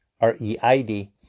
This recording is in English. R-E-I-D